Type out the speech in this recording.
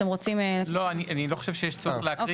אתם רוצים --- אני לא חושב שיש צורך להקריא,